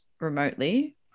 remotely